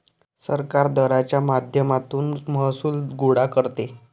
सरकार दराच्या माध्यमातून महसूल गोळा करते